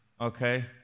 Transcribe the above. Okay